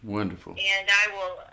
Wonderful